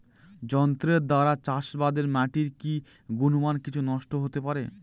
যন্ত্রের দ্বারা চাষাবাদে মাটির কি গুণমান কিছু নষ্ট হতে পারে?